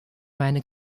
meine